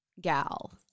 gal